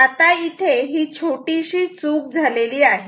आता इथे ही छोटीशी चूक झालेली आहे